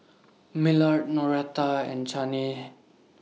Millard Noretta and Chaney